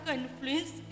influence